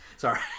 Sorry